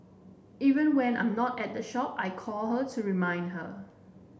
even when I'm not at the shop I call her to remind her